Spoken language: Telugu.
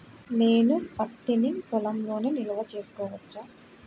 నేను పత్తి నీ పొలంలోనే నిల్వ చేసుకోవచ్చా?